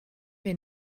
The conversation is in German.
wir